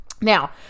Now